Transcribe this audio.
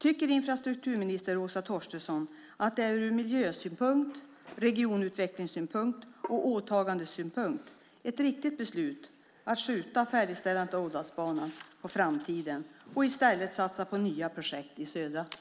Tycker infrastrukturminister Åsa Torstensson att det ur miljösynpunkt, regionutvecklingssynpunkt och åtagandesynpunkt är ett riktigt beslut att skjuta färdigställandet av Ådalsbanan på framtiden och i stället satsa på nya projekt i södra Sverige?